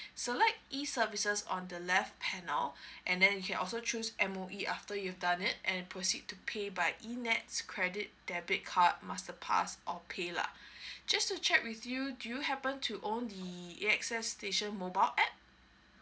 select E services on the left panel and and then you can also choose M_O_E after you've done it and proceed to pay by E nets credit debit card master pass or paylah just to check with you do you happen to own the A_X_S station mobile app